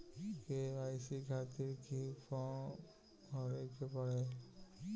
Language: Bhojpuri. के.वाइ.सी खातिर क्यूं फर्म भरे के पड़ेला?